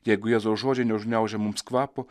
jeigu jėzaus žodžiai neužgniaužia mums kvapo